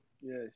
Yes